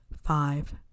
Five